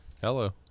Hello